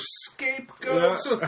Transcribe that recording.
scapegoats